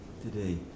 today